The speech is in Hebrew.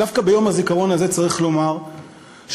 דווקא ביום הזיכרון הזה צריך לומר ששלוש